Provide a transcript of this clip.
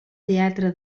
teatre